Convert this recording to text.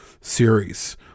series